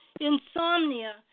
insomnia